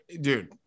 Dude